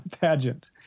pageant